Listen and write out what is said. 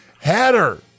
header